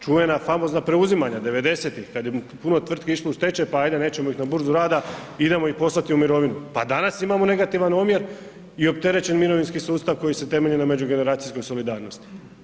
Čuvena famozna preuzimanja devedesetih kada je puno tvrtki išlo u stečaj pa ajde nećemo ih na burzu rada, idemo ih poslati u mirovinu, pa danas imamo negativan omjer i opterećen mirovinski sustav koji se temelji na međugeneracijskoj solidarnosti.